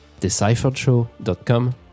decipheredshow.com